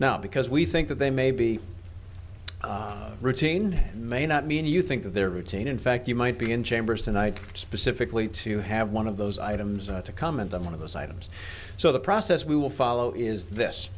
now because we think that they may be routine may not mean you think that they're routine in fact you might be in chambers tonight specifically to have one of those items and to comment on one of those items so the process we will follow is this